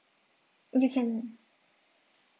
you can